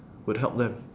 would help them